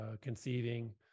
conceiving